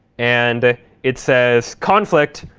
and it says conflict,